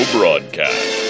Broadcast